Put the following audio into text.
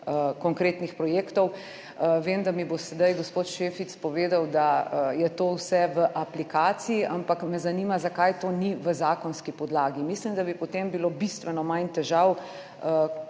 konkretnih projektov. Vem, da mi bo sedaj gospod Šefic povedal, da je to vse v aplikaciji, ampak me zanima, zakaj to ni v zakonski podlagi. Mislim, da bi potem bilo bistveno manj težav